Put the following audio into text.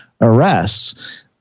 arrests